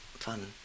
fun